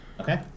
Okay